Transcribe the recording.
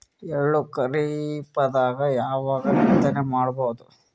ಎಳ್ಳು ಖರೀಪದಾಗ ಯಾವಗ ಬಿತ್ತನೆ ಮಾಡಬಹುದು?